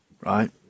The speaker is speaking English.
Right